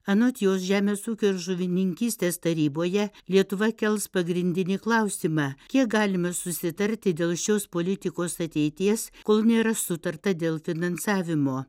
anot jos žemės ūkio ir žuvininkystės taryboje lietuva kels pagrindinį klausimą kiek galime susitarti dėl šios politikos ateities kol nėra sutarta dėl finansavimo